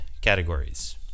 categories